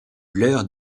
l’heure